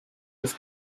des